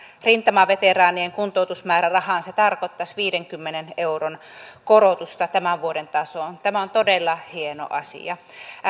rintamaveteraanien kuntoutusmäärärahaan se tarkoittaisi viidenkymmenen euron korotusta tämän vuoden tasoon nähden tämä on todella hieno asia